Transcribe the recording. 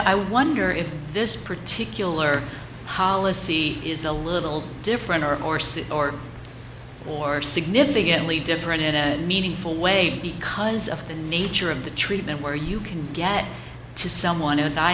i wonder if this particular policy is a little different r or c or or significantly different in any meaningful way because of the nature of the treatment where you can get to someone